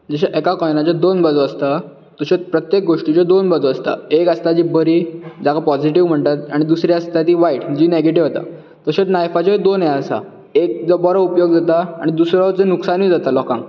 जशे एका कॉर्नराचे दोन बाजू आसतात तश्योत प्रत्येक गोश्टीच्यो दोन बाजू आसता एक आसता ती बरी जाका पॉजिटीव म्हणटात आनी दुसरी आसता ती वायट जी नॅगेटीव जाता तश्योच नायफाच्योय दोन हे आसा एक जो बरो उपयोग जाता आनी दुसरो जो लुकसाणूय जाता लोकांक